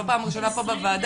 לא פעם ראשונה פה בוועדה,